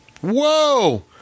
Whoa